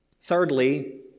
Thirdly